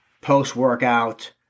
post-workout